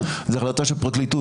לפני זה יש לי מספר שאלות אליכם.